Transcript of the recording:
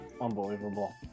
Unbelievable